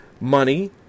money